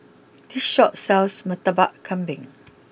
this Shop sells Murtabak Kambing